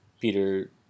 Peter